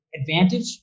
advantage